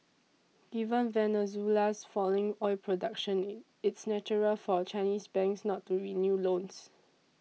given Venezuela's falling oil production it's natural for Chinese banks not to renew loans